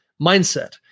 mindset